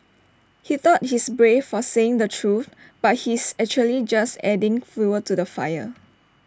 he thought he's brave for saying the truth but he's actually just adding fuel to the fire